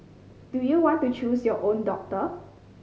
do you want to choose your own doctor